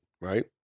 right